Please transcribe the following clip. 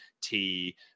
tea